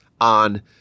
on